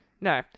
No